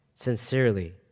Sincerely